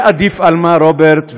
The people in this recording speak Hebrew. מה עדיף על מה, רוברט?